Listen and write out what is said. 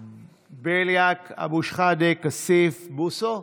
בליאק, אבו שחאדה, כסיף, בוסו,